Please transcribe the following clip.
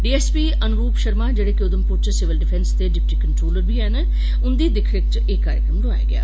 DSP Anuroop Sharma जेह्ड़े के उधमपुर च सिविल डिफैंस दे डिप्टी कंट्रोलर बी हैन उंदी दिक्ख रिक ा च एह् कार्यक्रम लोआया गेआ